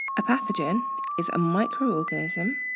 a pathogen is a microorganism